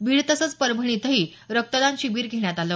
बीड तसंच परभणी इथंही रक्तदान शिबीर घेण्यात आलं